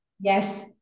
Yes